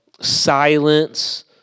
silence